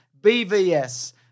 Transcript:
BVS